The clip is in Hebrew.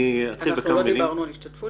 לא דיברנו על השתתפות.